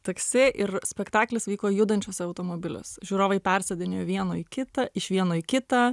taksi ir spektaklis vyko judančiuose automobiliuose žiūrovai persėdinėjo į vieno į kitą iš vieno į kitą